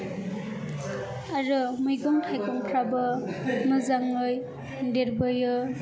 आरो मैगं थायगंफ्राबो मोजाङै देरबोयो